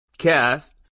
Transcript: cast